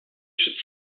should